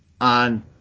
on